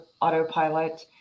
autopilot